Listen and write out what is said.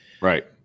Right